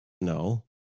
No